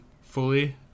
fully